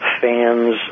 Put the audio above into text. fans